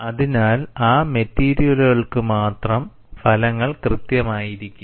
അതിനാൽ ആ മെറ്റീരിയലുകൾക്ക്മാത്രം ഫലങ്ങൾ കൃത്യമായിരിക്കും